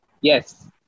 Yes